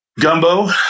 Gumbo